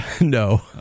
No